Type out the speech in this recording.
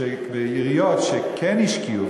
שעיריות שכן השקיעו,